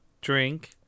drink